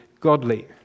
godly